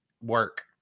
work